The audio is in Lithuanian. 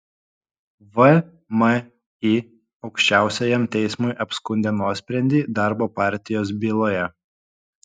vmi aukščiausiajam teismui apskundė nuosprendį darbo partijos byloje